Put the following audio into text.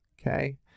okay